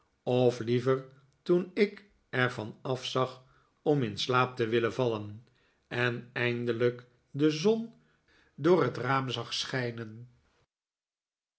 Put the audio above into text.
of liever toen ik er van afzag om in slaap te willen vallen en eindelijk de zon door het raam zag schijnen